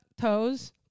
toes